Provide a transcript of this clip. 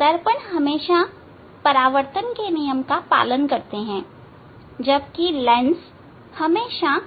दर्पण हमेशा परावर्तन के नियम का पालन करता है जबकि लेंस हमेशा